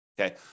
Okay